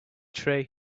tree